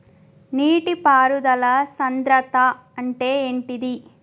నీటి పారుదల సంద్రతా అంటే ఏంటిది?